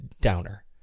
downer